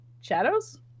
Shadows